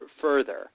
further